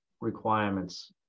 requirements